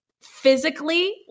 physically